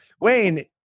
wayne